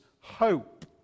hope